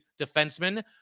defenseman